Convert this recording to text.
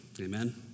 amen